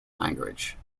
language